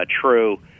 true